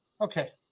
Okay